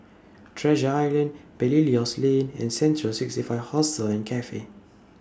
Treasure Island Belilios Lane and Central sixty five Hostel and Cafe